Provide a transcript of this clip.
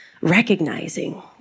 recognizing